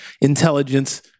intelligence